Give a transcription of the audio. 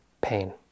pain